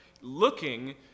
looking